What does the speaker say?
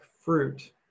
fruit